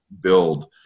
build